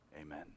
Amen